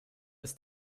ist